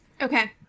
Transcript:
Okay